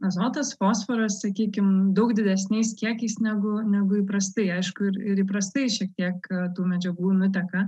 azotas fosforas sakykim daug didesniais kiekiais negu negu įprastai aišku ir ir įprastai šiek tiek tų medžiagų nuteka